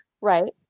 right